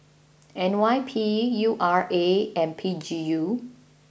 N Y P U R A and P G U